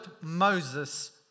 Moses